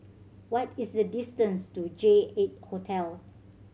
what is the distance to J Eight Hotel